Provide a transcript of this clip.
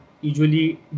usually